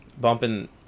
Bumping